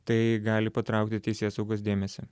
tai gali patraukti teisėsaugos dėmesį